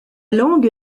langue